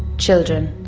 children,